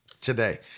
today